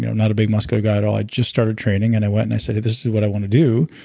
not a big muscular guy at all. i had just started training and i went and i said, this is what i want to do,